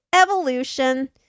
evolution